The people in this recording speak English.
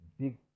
big